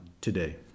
today